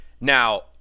now